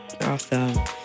Awesome